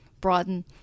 broaden